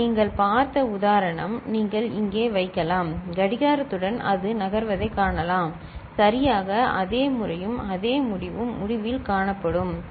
நீங்கள் பார்த்த உதாரணம் நீங்கள் இங்கே வைக்கலாம் கடிகாரத்துடன் அது நகர்வதைக் காணலாம் சரியாக அதே முறையும் அதே முடிவும் முடிவில் காணப்படும் சரி